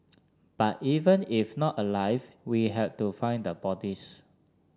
but even if not alive we had to find the bodies